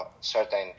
certain